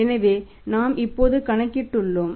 எனவே நாம் இப்போது கணக்கிட்டு உள்ளோம்